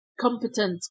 competent